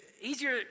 easier